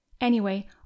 Anyway